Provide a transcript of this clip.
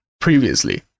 previously